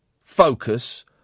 focus